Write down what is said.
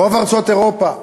ברוב ארצות אירופה.